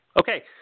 Okay